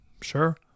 Sure